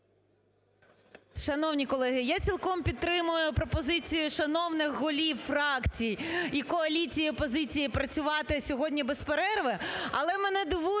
Шановні колеги, я цілком підтримую пропозицію шановних голів фракцій, і коаліції, і опозиції працювати сьогодні без перерви, але мене дивує